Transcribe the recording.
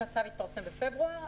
אם הצו התפרסם בפברואר,